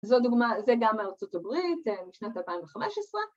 ‫זו דוגמה, זה גם ארצות הברית, ‫משנת 2015.